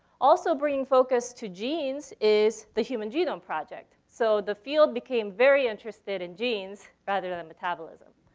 also bringing focus to genes is the human genome project. so the field became very interested in genes rather than than metabolism.